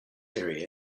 area